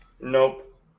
Nope